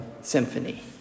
symphony